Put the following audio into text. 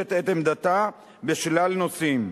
ומגבשת את עמדתה בשלל נושאים.